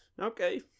Okay